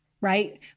right